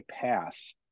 pass